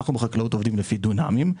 אנחנו בחקלאות עובדים לפי דונמים,